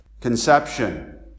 Conception